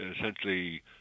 essentially